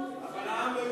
אם קדימה השאירה כל כך הרבה,